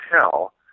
tell